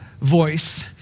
voice